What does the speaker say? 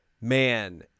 man